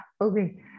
okay